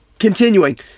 Continuing